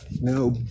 No